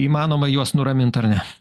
įmanoma juos nuramint ar ne